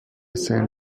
sein